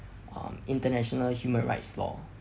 um international human rights law